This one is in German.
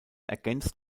ergänzt